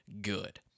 good